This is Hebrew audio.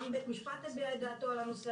גם בית המשפט הביע את דעתו על הנשוא